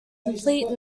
complete